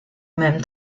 mêmes